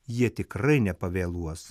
jie tikrai nepavėluos